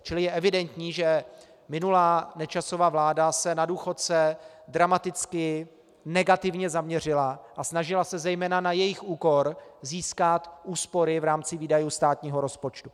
Čili je evidentní, že minulá, Nečasova vláda se na důchodce dramaticky negativně zaměřila a snažila se zejména na jejich úkor získat úspory v rámci výdajů státního rozpočtu.